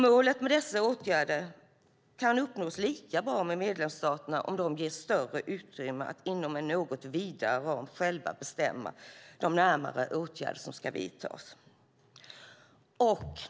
Målet med dessa åtgärder kan uppnås lika bra om medlemsstaterna ges större utrymme att inom en något vidare ram själva bestämma de närmare åtgärder som ska vidtas.